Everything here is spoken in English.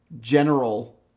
General